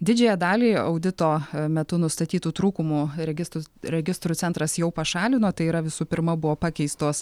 didžiąją dalį audito metu nustatytų trūkumų registrų registrų centras jau pašalino tai yra visų pirma buvo pakeistos